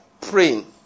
praying